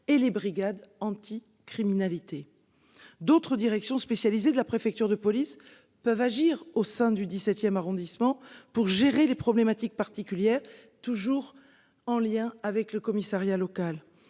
et les brigades anti-criminalité. D'autres directions spécialisée de la préfecture de police peuvent agir au sein du XVIIe arrondissement pour gérer les problématiques particulières toujours en lien avec le commissariat local.